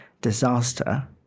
disaster